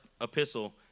epistle